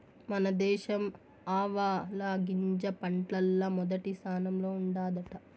మన దేశం ఆవాలగింజ పంటల్ల మొదటి స్థానంలో ఉండాదట